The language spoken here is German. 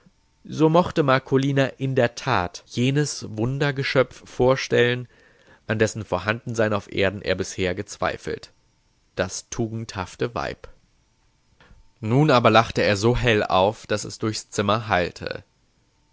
so mochte marcolina in der tat jenes wundergeschöpf vorstellen an dessen vorhandensein auf erden er bisher gezweifelt das tugendhafte weib nun aber lachte er so hell auf daß es durchs zimmer hallte